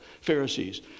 Pharisees